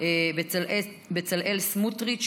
בצלאל סמוטריץ',